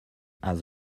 had